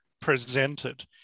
presented